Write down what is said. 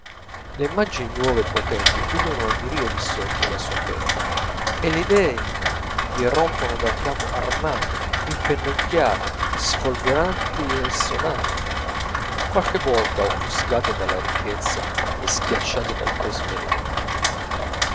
le immagini nuove e potenti pullulano a miriadi sotto la sua penna e le idee gli erompono dal capo armate impennacchiate sfolgoranti e sonanti qualche volta offuscate dalla ricchezza e schiacciate dal peso dell'armatura